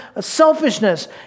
selfishness